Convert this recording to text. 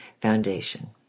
Foundation